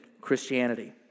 Christianity